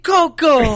Coco